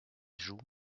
joue